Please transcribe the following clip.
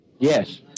Yes